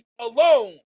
alone